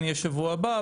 הוא יהיה בשבוע הבא.